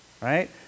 right